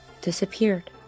disappeared